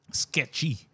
sketchy